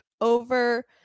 over